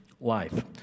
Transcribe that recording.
life